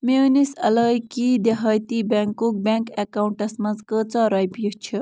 میٛٲنِس عِلاقی دہاتی بیٚنٛکُک بیٚنٛک ایٚکاونٛٹَس منٛز کۭژاہ رۄپیہِ چھِ